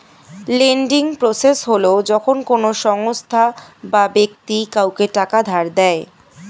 lending process হল যখন কোনো সংস্থা বা ব্যক্তি কাউকে টাকা ধার দেয়